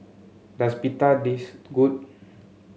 does Pita taste good